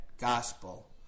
gospel